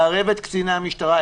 לערב את קציני המשטרה,